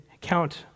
count